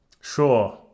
sure